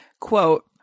Quote